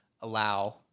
allow